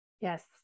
Yes